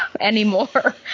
anymore